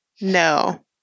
no